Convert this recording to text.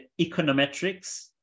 econometrics